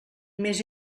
més